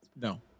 No